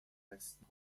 resten